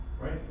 Right